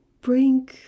bring